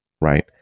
right